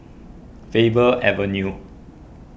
Faber Avenue